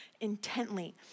intently